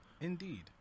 Indeed